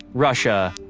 russia,